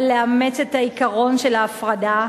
אבל לאמץ את העיקרון של ההפרדה,